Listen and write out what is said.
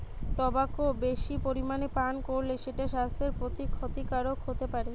tobacco বেশি পরিমাণে পান কোরলে সেটা সাস্থের প্রতি ক্ষতিকারক হোতে পারে